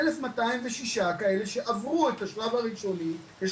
כ-1,206 כאלה שעברו את השלב הראשוני ויש